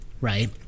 right